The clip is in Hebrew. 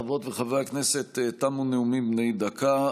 חברות וחברי הכנסת, תמו נאומים בני דקה.